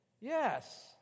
yes